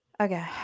Okay